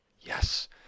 yes